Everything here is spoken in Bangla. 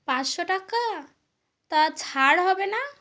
পাঁচশো টাকা তা ছাড় হবে না